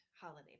holiday